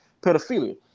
pedophilia